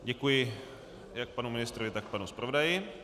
Děkuji jak panu ministrovi, tak panu zpravodaji.